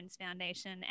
foundation